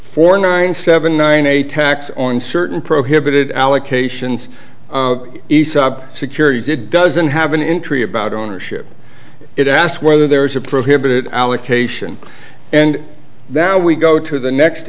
four nine seven nine a tax on certain prohibited allocations aesop securities it doesn't have an entry about ownership it asks whether there is a prohibited allocation and now we go to the next